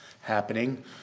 happening